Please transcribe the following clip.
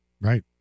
Right